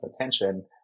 attention